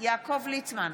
יעקב ליצמן,